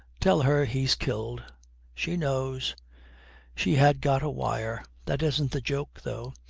tell her he's killed she knows she had got a wire. that isn't the joke, though.